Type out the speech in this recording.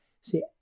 See